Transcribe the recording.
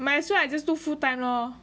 might as well I just do full time lor